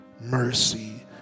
mercy